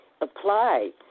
apply